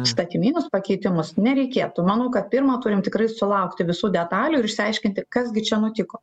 įstatyminus pakeitimus nereikėtų manau kad pirma turim tikrai sulaukti visų detalių ir išsiaiškinti kas gi čia nutiko